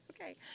okay